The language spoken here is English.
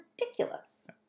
ridiculous